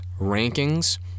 rankings